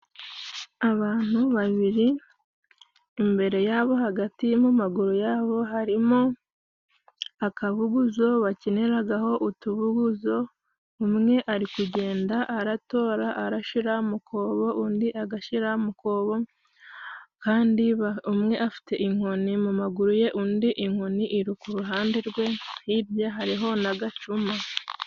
Abantu babiri imbere yabo hagati yo mu maguru yabo harimo akabuguzo bakiniragaho utubuguzo, umwe ari kugenda aratora arashira mu kobo, undi agashyira mu kobo, kandi umwe afite inkoni mu maguru ye, undi inkoni iri ku ruhande rwe, hirya hariho n'agacuma.